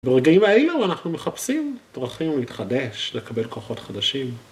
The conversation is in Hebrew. ברגעים האלה אנחנו מחפשים דרכים להתחדש, לקבל כוחות חדשים.